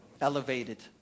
elevated